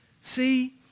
See